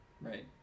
Right